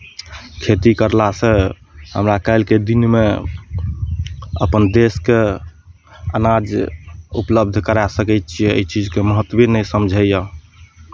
खेती करलासँ हमरा काल्हिके दिनमे अपन देशके अनाज उपलब्ध करा सकै छियै एहि चीजके महत्वे नहि समझैए